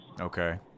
Okay